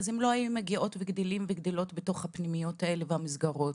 אז הם לא היו מגיעים וגדלים בתוך הפנימיות והמסגרות